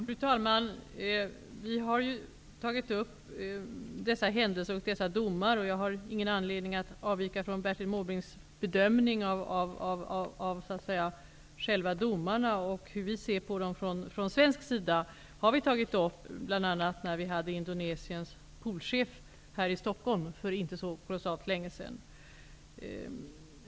Fru talman! Vi har ju tagit upp dessa händelser och dessa domar. Jag har ingen anledning att avvika från Bertil Måbrinks bedömning av själva domarna och hur vi i Sverige ser på dem. Det har vi bl.a. tagit upp när vi hade Indonesiens poolchef här i Stockholm för inte så länge sedan.